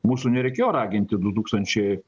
mūsų nereikėjo raginti du tūkstančiai